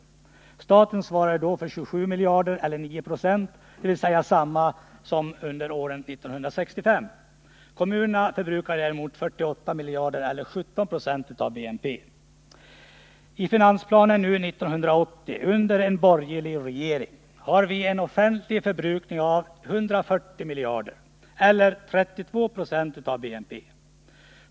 Staten svarade för 27 miljarder eller 9 26 av BNP, dvs. samma som 1965. Kommunerna förbrukade 48 miljarder eller 17 70 av BNP. I finansplanen 1980 under en borgerlig regering har vi en offentlig förbrukning av 140 miljarder eller 32 76 av BNP.